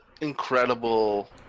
incredible